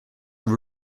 were